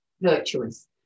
virtuous